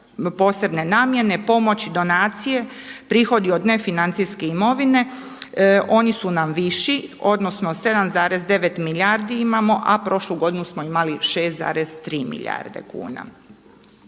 posebne namjene, pomoći, donacije, prihodi od nefinancijske imovine. Oni su nam viši, odnosno 7,9 milijardi imamo, a prošlu godinu smo imali 6,3 milijarde kuna.